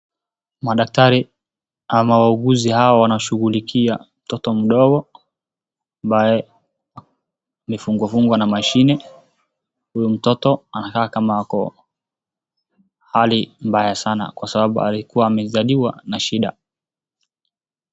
Madaktari na wauguzi hawa wanashughulikia mtoto mdogo amefungwa fungwa na mashini, huyu mtoto anakaa ni kama ako hali mbaya sana kwa sababu alikuwa amezaliwa na shida.